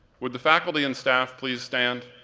would the faculty and staff please stand?